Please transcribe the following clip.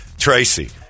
Tracy